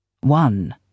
One